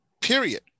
period